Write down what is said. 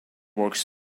works